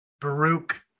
Baruch